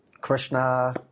Krishna